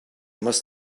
must